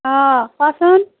অঁ কোৱাচোন